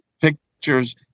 pictures